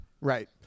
Right